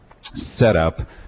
setup